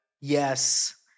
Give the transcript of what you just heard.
yes